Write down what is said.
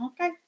okay